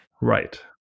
Right